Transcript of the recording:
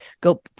go